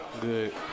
good